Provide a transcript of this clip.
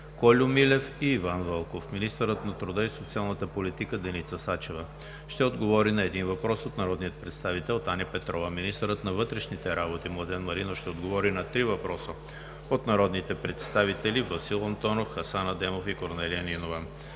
Кольо Милев; и Иван Вълков. 3. Министърът на труда и социалната политика Деница Сачева ще отговори на един въпрос от народния представител Таня Петрова. 4. Министърът на вътрешните работи Младен Маринов ще отговори на три въпроса от народните представители Васил Антонов; Хасан Адемов; и Корнелия Нинова.